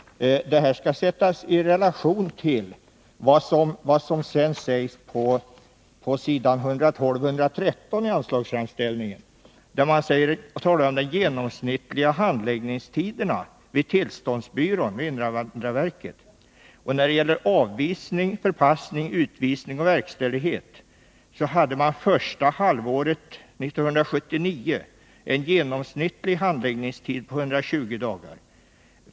Detta skall sättas i relation till vad som sägs på s. 112 och 113 i anslagsframställningen. Där redovisas de genomsnittliga handläggningstiderna vid invandrarverkets tillståndsbyrå. För ärenden som gällde avvisning, förpassning, utvisning och verkställighet hade man första halvåret 1979 en genomsnittlig handläggningstid på 120 dagar.